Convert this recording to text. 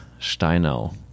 steinau